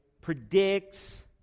predicts